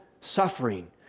suffering